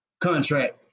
contract